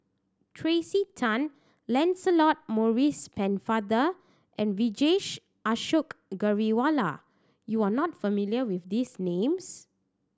Tracey Tan Lancelot Maurice Pennefather and Vijesh Ashok Ghariwala you are not familiar with these names